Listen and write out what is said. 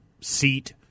seat